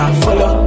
follow